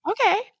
Okay